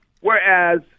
Whereas